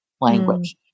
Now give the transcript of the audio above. language